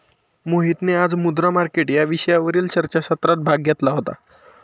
मोहितने आज मुद्रा मार्केट या विषयावरील चर्चासत्रात भाग घेतला होता